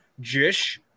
Jish